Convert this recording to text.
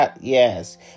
Yes